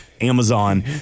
Amazon